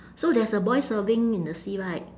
so there's a boy surfing in the sea right